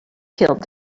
killed